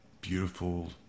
beautiful